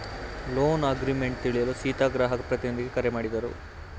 loan agreement ತಿಳಿಯಲು ಸೀತಾ ಗ್ರಾಹಕ ಪ್ರತಿನಿಧಿಗೆ ಕರೆ ಮಾಡಿದರು